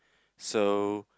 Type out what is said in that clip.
so